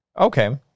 Okay